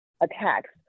attacks